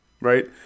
right